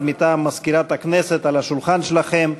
מטעם מזכירת הכנסת על השולחן שלכם,